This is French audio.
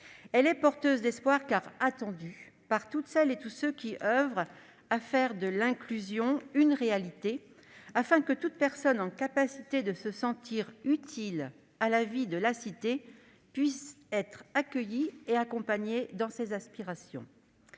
est porteuse d'espoir et attendue par toutes celles et tous ceux qui oeuvrent à faire de l'inclusion une réalité, afin que toute personne en capacité de se rendre utile à la vie de la cité puisse être accueillie et accompagnée dans ses aspirations.